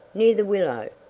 near the willow.